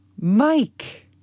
Mike